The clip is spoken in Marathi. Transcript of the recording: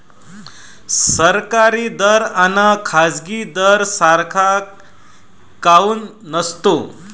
सरकारी दर अन खाजगी दर सारखा काऊन नसतो?